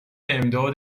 امداد